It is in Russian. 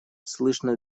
слышно